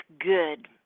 good